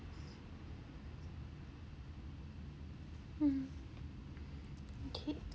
mm okay